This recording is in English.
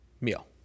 meal